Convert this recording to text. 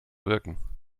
wirken